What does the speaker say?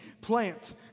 plant